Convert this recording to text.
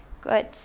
good